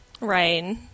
right